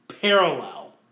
parallel